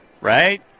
right